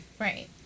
Right